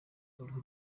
uruhu